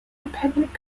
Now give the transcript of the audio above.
dependent